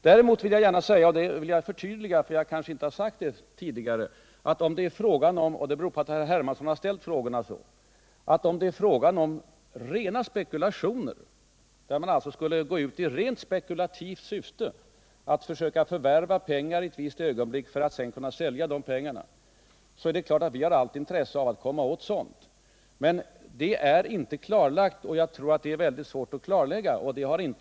Däremot vill jag gärna förtydliga — eftersom jag kanske inte sagt det tidigare, vilket beror på hur herr Hermansson ställt frågorna — att om det är fråga om rena spekulationer, där man alltså i rent spekulativt syfte försöker förvärva pengar i ett visst ögonblick för att sedan sälja dem, så är det klart att vi har allt intresse av att komma åt detta. Men det är inte klarlagt att sådant förekommit, och jag tror det är mycket svårt att göra det.